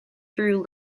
through